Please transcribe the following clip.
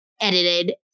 edited